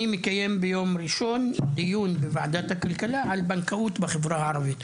אני מקיים ביום ראשון דיון בוועדת הכלכלה על בנקאות בחברה הערבית.